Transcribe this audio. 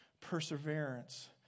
perseverance